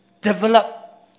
develop